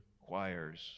choirs